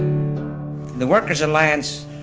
the workers' alliance,